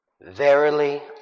Verily